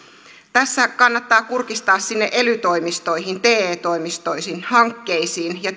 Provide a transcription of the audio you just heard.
tässä kannattaa kurkistaa sinne ely toimistoihin te toimistoihin hankkeisiin ja